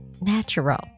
natural